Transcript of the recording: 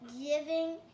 giving